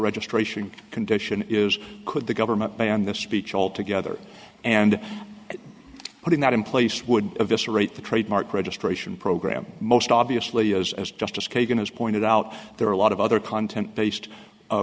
registration condition is could the government buy on the speech altogether and putting that in place would eviscerate the trademark registration program most obviously as as justice kagan has pointed out there are a lot of other content based